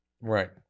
Right